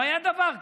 לא היה דבר כזה.